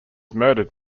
murdered